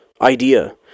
idea